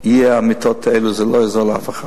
יהיו המיטות האלו, זה לא יעזור לאף אחד.